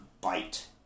Bite